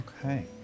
Okay